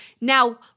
Now